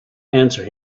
answer